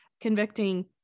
convicting